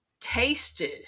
tasted